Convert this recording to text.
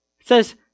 says